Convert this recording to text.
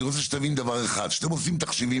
אני רוצה שתבין דבר אחד: כשאתם עושים תחשיבים